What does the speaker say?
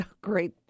Great